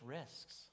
risks